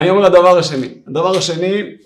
אני עובר לדבר השני, הדבר השני